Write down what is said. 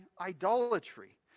idolatry